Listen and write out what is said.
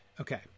Okay